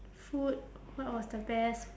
food what was the best